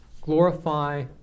glorify